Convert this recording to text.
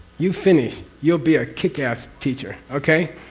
you finish, you'll be a kick-ass teacher. okay?